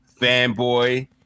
fanboy